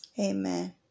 Amen